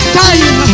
time